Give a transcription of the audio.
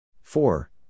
Four